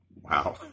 Wow